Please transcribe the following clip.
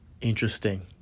Interesting